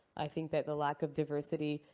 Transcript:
i think that the lack of diversity,